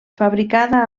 fabricada